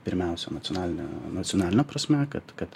pirmiausia nacionaline nacionaline prasme kad kad